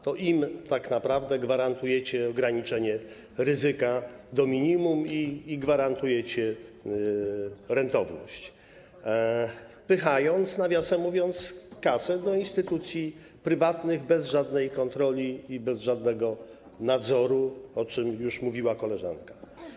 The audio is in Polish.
To im tak naprawdę gwarantujecie ograniczenie ryzyka do minimum, gwarantujecie rentowność, wpychając, nawiasem mówiąc, kasę do instytucji prywatnych bez żadnej kontroli i bez żadnego nadzoru, o czym już mówiła koleżanka.